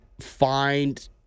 find